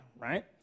right